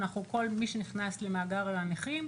מי שנכנס למאגר הנכים,